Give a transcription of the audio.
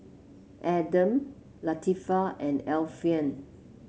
Adam Latifa and Alfian